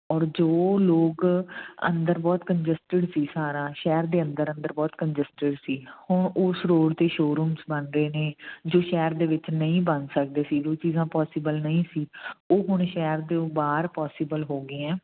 ਔਰ ਜੋ ਲੋਕ ਅੰਦਰ ਬਹੁਤ ਕੰਜਸਟਡ ਸੀ ਸਾਰਾ ਸ਼ਹਿਰ ਦੇ ਅੰਦਰ ਅੰਦਰ ਬਹੁਤ ਕੰਜਸਟਡ ਸੀ ਹੁਣ ਉਸ ਰੋਡ 'ਤੇ ਸ਼ੋਰੂਮਸ ਬਣਦੇ ਨੇ ਜੋ ਸ਼ਹਿਰ ਦੇ ਵਿੱਚ ਨਹੀਂ ਬਣ ਸਕਦੇ ਸੀ ਜੋ ਚੀਜ਼ਾਂ ਪੋਸੀਬਲ ਨਹੀਂ ਸੀ ਉਹ ਹੁਣ ਸ਼ਹਿਰ ਦੇ ਬਾਹਰ ਪੋਸੀਬਲ ਹੋ ਗਈਆਂ